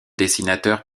dessinateur